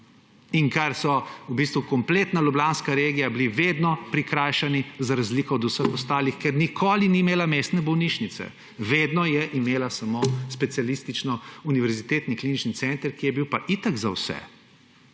manjka. Kompletna ljubljanska regija je bila vedno prikrajšana za razliko od vseh ostalih, ker nikoli ni imela mestne bolnišnice, vedno je imela samo specialistični Univerzitetni klinični center, ki je bil pa itak za vse.